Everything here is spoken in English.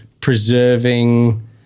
preserving